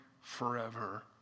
forever